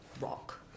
rock